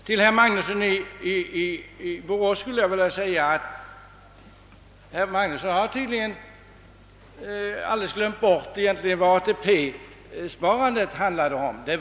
Herr Magnusson i Borås har tydligen glömt bort vad ATP-sparandet handlade om.